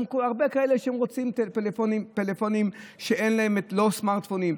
גם הרבה כאלה שרוצים פלאפונים שהם לא סמרטפונים.